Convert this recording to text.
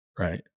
Right